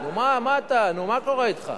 מה קורה אתך?